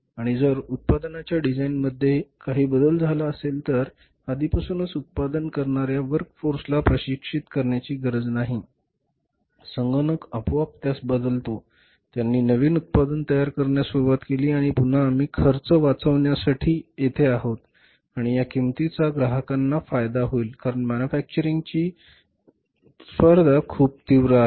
आणि जर उत्पादनाच्या डिझाइनमध्ये काही बदल झाला असेल तर आधीपासूनच उत्पादन करणार्या वर्क फोर्सला प्रशिक्षित करण्याची गरज नाही संगणक आपोआप त्यास बदलतो त्यांनी नवीन उत्पादन तयार करण्यास सुरवात केली आणि पुन्हा आम्ही खर्च वाचवण्यासाठी येथे आहोत आणि या किमतीचा ग्राहकांना फायदा होईल कारण मॅन्युफॅक्चरिंग बाजूची स्पर्धा खूप तीव्र आहे